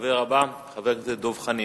הדובר הבא, חבר הכנסת דב חנין.